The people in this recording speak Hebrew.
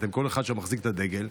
כל אחד שם מחזיק את הדגל,